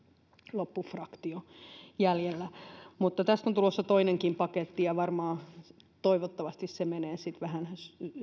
loppufraktio jäljellä mutta tästä on tulossa toinenkin paketti ja varmaan toivottavasti se menee sitten vähän